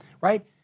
right